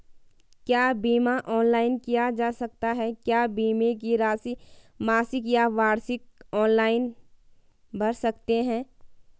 क्या बीमा ऑनलाइन किया जा सकता है क्या बीमे की राशि मासिक या वार्षिक ऑनलाइन भर सकते हैं?